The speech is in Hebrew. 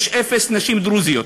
ויש אפס נשים דרוזיות,